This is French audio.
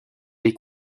les